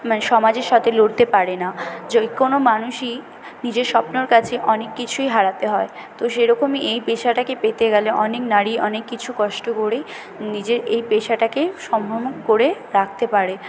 মানে সমাজের সাথে লড়তে পারে না যে কোনও মানুষই নিজের স্বপ্নর কাছে অনেক কিছুই হারাতে হয় তো সেরকমই এই পেশাটাকে পেতে গেলে অনেক নারী অনেক কিছু কষ্ট করেই নিজের এই পেশাটাকে সম্মুখ করে রাখতে পারে